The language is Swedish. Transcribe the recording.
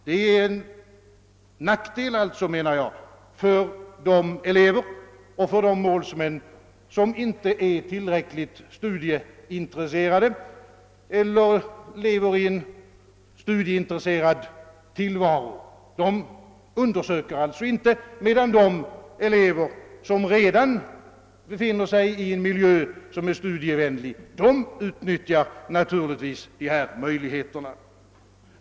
Det anser jag vara en nackdel för de elever och de målsmän som inte är tillräckligt studieintresse rade eller inte lever i en studieintresserad tillvaro. De undersöker alltså inte, medan de elever som redan befinner sig i en miljö som är studievänlig naturligtvis utnyttjar dessa möjligheter.